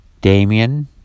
Damien